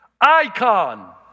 Icon